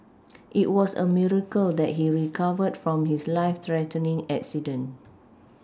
it was a miracle that he recovered from his life threatening accident